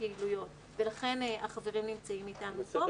פעילויות ולכן החברים נמצאים אתנו פה.